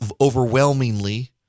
overwhelmingly